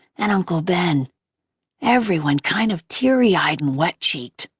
and uncle ben everyone kind of teary-eyed and wet-cheeked.